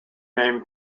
name